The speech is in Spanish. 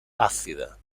ácida